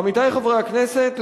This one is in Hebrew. עמיתי חברי הכנסת,